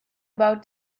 about